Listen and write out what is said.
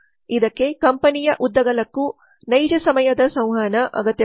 ಇದಕ್ಕೆ ಕಂಪನಿಯ ಉದ್ದಗಲಕ್ಕೂ ನೈಜ ಸಮಯದ ಸಂವಹನ ಅಗತ್ಯವಿದೆ